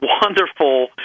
wonderful